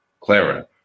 Clara